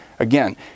Again